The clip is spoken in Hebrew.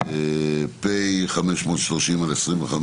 פ/530/25,